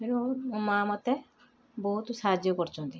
ତେଣୁ ମୋ ମାଆ ମୋତେ ବହୁତ ସାହାଯ୍ୟ କରିଛନ୍ତି